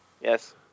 Yes